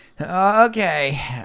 Okay